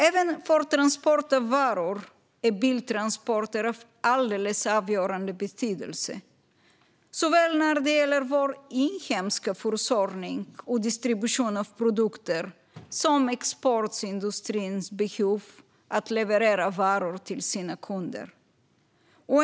Även för transport av varor är biltransporter av alldeles avgörande betydelse när det gäller såväl vår inhemska försörjning och distribution av produkter som exportindustrins behov av att leverera varor till sina kunder.